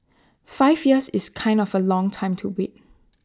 five years is kind of A long time to wait